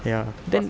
ya then